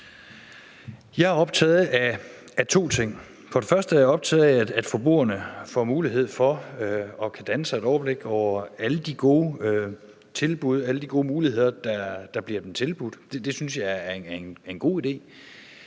Jeg er optaget af to ting. For det første er jeg optaget af, at forbrugerne får mulighed for at kunne danne sig et overblik over alle de gode tilbud, alle de gode muligheder, der bliver dem tilbudt. Det synes jeg er en god idé.